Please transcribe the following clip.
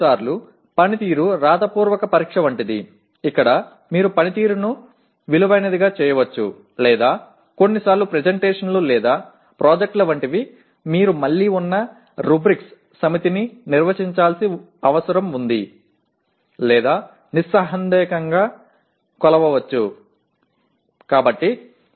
சில நேரங்களில் செயல்திறன் ஒரு எழுத்துத் தேர்வு போன்றது அங்கு நீங்கள் செயல்திறனை மதிப்பிடலாம் அல்லது சில சமயங்களில் விளக்கக்காட்சிகள் அல்லது செயல்முறை திட்டங்களைப் போன்றது நீங்கள் ஒரு ரூபிரிக்ஸ் தொகுப்பை வரையறுக்க வேண்டும் அவை சந்தேகத்திற்கு இடமின்றி அளவிடப்படலாம்